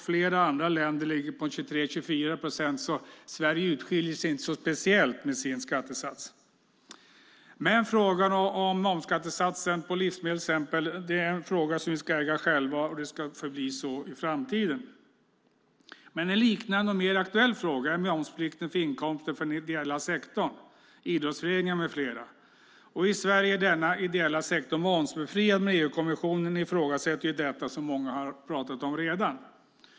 Flera andra länder ligger på 23-24 procent. Sverige skiljer alltså inte ut sig speciellt mycket med sin skattesats. Frågan om momsskattesatsen till exempel avseende livsmedel är en fråga som vi själva ska äga, och så ska det vara även i framtiden. En liknande och mer aktuell fråga är den om momsplikt för inkomster avseende den ideella sektorn - idrottsföreningar med flera. I Sverige är denna ideella sektor momsbefriad. Men, som många redan talat om, ifrågasätter EU-kommissionen detta.